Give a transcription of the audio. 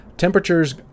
temperatures